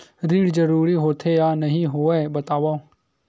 ऋण जरूरी होथे या नहीं होवाए बतावव?